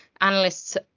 analysts